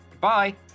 bye